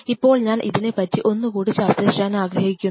ഇപ്പോൾ ഞാൻ ഇതിനെ പറ്റി ഒന്നുകൂടി ചർച്ച ചെയ്യാൻ ആഗ്രഹിക്കുന്നു